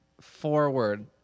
forward